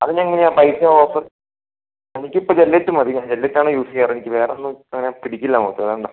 അതിനെങ്ങനെ പൈസ ഓഫറ് എനിക്കിപ്പോൾ ജില്ലെറ്റ് മതി ഞാൻ ജില്ലെറ്റാണ് യൂസ് ചെയ്യാറ് എനിക്ക് വേറെ ഒന്നും അങ്ങനെ പിടിക്കില്ല അതുകൊണ്ടാണ്